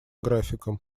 графиком